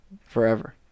Forever